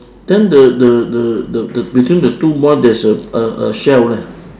then the the the the the between the two boys there's a a shell leh